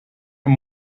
and